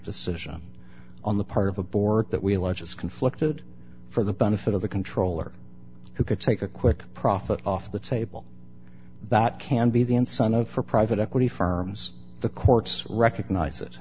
decision on the part of a board that we allege is conflicted for the benefit of the controller who could take a quick profit off the table that can be the incentive for private equity firms the courts recognize it